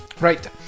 Right